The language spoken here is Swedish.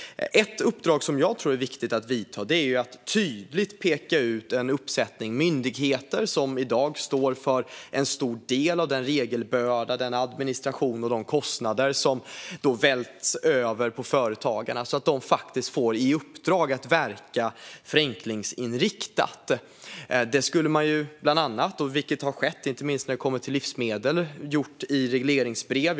Ett uppdrag som jag tror är viktigt är att tydligt peka ut en uppsättning myndigheter som i dag står för en stor del av den regelbörda, den administration och de kostnader som välts över på företagarna och se till att de faktiskt får i uppgift att verka förenklingsinriktat. Detta skulle man bland annat - vilket har skett inte minst när det kommer till livsmedel - ha gjort i regleringsbrev.